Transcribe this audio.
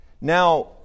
Now